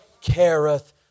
careth